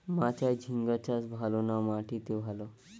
মাচায় ঝিঙ্গা চাষ ভালো না মাটিতে ভালো?